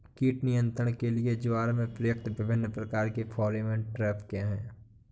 कीट नियंत्रण के लिए ज्वार में प्रयुक्त विभिन्न प्रकार के फेरोमोन ट्रैप क्या है?